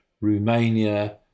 Romania